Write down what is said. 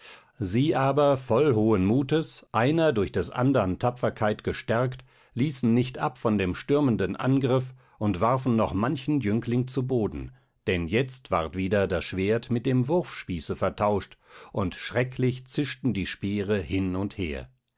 sie aber voll hohen mutes einer durch des andern tapferkeit gestärkt ließen nicht ab von dem stürmenden angriff und warfen noch manchen jüngling zu boden denn jetzt ward wieder das schwert mit dem wurfspieße vertauscht und schrecklich zischten die speere hin und her